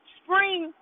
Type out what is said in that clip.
spring